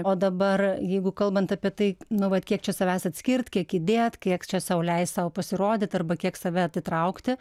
o dabar jeigu kalbant apie tai nu va kiek čia savęs atskirt kiek įdėt kiek čia sau leist sau pasirodyt arba kiek save atitraukti